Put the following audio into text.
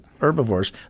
herbivores